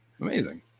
Amazing